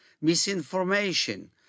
misinformation